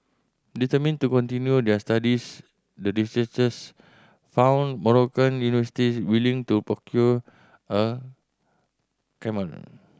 determined to continue their studies the researchers found Moroccan university willing to procure a camel